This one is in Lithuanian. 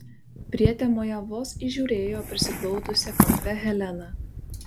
prietemoje vos įžiūrėjo prisiglaudusią kampe heleną